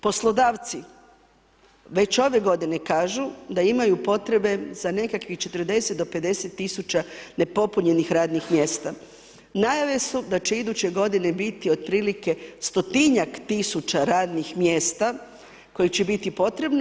Poslodavci već ove godine kažu da imaju potrebe za nekakvih 40 do 50.000 nepopunjenih radnih mjesta, najave su da će iduće godine biti otprilike 100-tinjak tisuća radnih mjesta koji će biti potrebno.